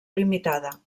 limitada